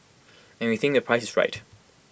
and we think the price is right